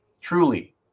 Truly